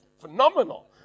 phenomenal